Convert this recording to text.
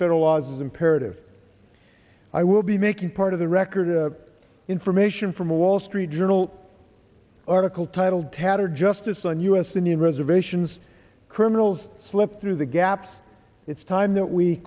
federal laws imperative i will be making part of the record of the information from wall street journal article titled tatter justice on us in the reservations criminals slip through the gaps it's time that we